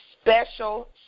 Special